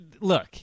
Look